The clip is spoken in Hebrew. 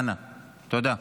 זיכרונו לברכה.) תודה רבה.